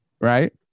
Right